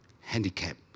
handicap